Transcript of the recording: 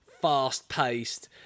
fast-paced